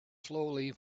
slowly